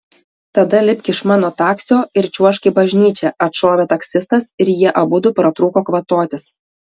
tada lipk iš mano taksio ir čiuožk į bažnyčią atšovė taksistas ir jie abudu pratrūko kvatotis